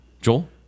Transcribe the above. Joel